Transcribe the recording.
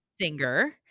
singer